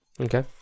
Okay